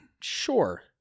Sure